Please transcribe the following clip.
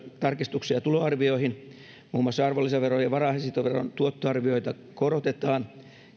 tarkistuksia tuloarvioihin muun muassa arvonlisäveron ja varainsiirtoveron tuottoarvioita korotetaan